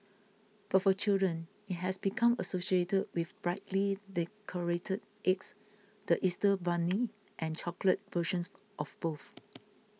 but for children it has become associated with brightly decorated eggs the Easter bunny and chocolate versions of both